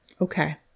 Okay